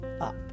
up